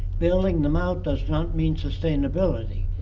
bailing them out does not mean sustainability.